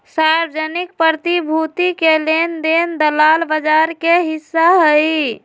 सार्वजनिक प्रतिभूति के लेन देन दलाल बजार के हिस्सा हई